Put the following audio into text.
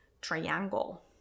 triangle